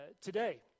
Today